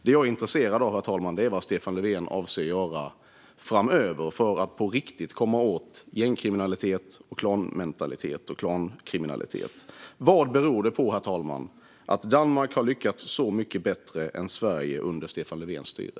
Det jag är intresserad av är vad Stefan Löfven avser att göra framöver för att på riktigt komma åt gängkriminalitet, klanmentalitet och klankriminalitet. Herr talman! Vad beror det på att Danmark har lyckats så mycket bättre än Sverige under Stefan Löfvens styre?